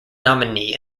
nominee